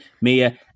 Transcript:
Mia